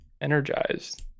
energized